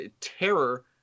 terror